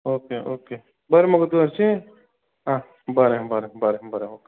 okay okay बरें मुगो तूं हरशीं आं बरें बरें बरें ओके